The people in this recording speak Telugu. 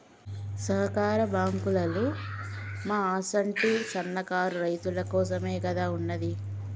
సహకార బాంకులోల్లు మా అసుంటి సన్నకారు రైతులకోసమేగదా ఉన్నది